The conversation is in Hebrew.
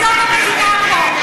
זאת המדינה פה.